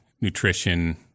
nutrition